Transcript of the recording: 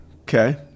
Okay